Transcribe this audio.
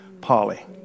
Polly